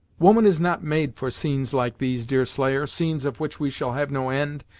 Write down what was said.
woman is not made for scenes like these, deerslayer, scenes of which we shall have no end,